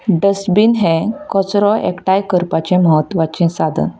dustbin हें कचरो एकठांय करपाचें म्हत्वाचें साधन